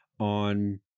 On